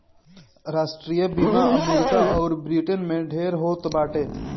राष्ट्रीय बीमा अमरीका अउर ब्रिटेन में ढेर होत बाटे